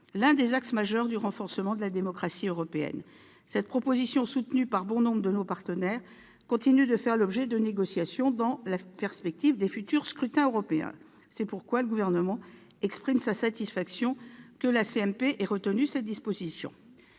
l'un des axes majeurs de renforcement de la démocratie européenne. Cette proposition, soutenue par bon nombre de nos partenaires, continue de faire l'objet de négociations dans la perspective des futurs scrutins européens. C'est pourquoi le Gouvernement exprime sa satisfaction que la commission mixte paritaire